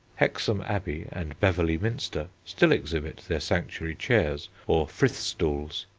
hexham abbey and beverley minster still exhibit their sanctuary chairs or frith-stools.